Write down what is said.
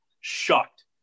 shocked